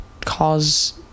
cause